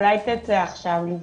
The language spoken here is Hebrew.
אולי תצא עכשיו לבדוק?